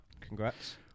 Congrats